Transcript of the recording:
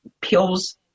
pills